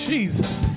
Jesus